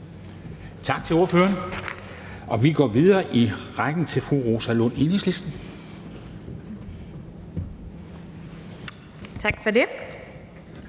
Tak til ordføreren. Og vi går videre i rækken til fru Rosa Lund, Enhedslisten. Kl.